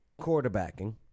quarterbacking